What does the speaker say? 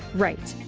right,